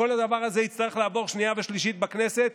כל הדבר הזה יצטרך לעבור קריאה שנייה ושלישית בכנסת.